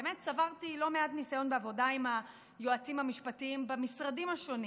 באמת צברתי לא מעט ניסיון בעבודה עם היועצים המשפטיים במשרדים השונים,